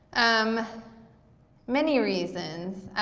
um many reasons.